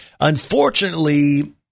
Unfortunately